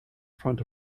front